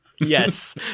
Yes